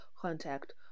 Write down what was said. contact